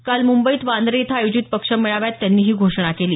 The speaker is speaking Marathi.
काल मुंबईत वांद्रे इथं आयोजित पक्ष मेळाव्यात त्यांनी ही घोषणा केली